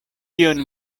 kion